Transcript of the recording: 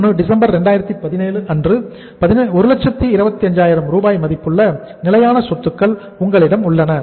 31 டிசம்பர் 2017 அன்று 125000 மதிப்புள்ள நிலையான சொத்துக்கள் உங்களிடம் உள்ளன